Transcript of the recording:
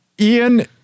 Ian